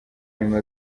nyuma